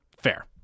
fair